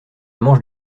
mange